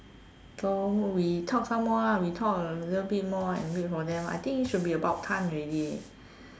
so we talk some more lah we talk a little bit more and wait for them I think is should be about time already